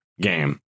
game